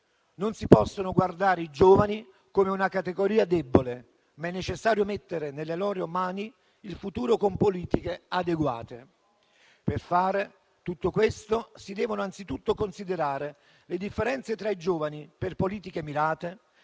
non si possono guardare i giovani come categoria debole ma è necessario mettere nelle loro mani il futuro con politiche adeguate; per farlo, si devono anzitutto considerare le differenze tra i giovani per politiche mirate,